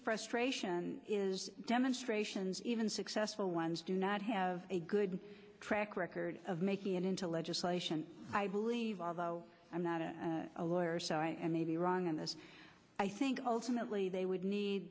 frustration is demonstrations even successful ones do not have a good track record of making it into legislation i believe although i'm not a lawyer so i am maybe wrong on this i think ultimately they would need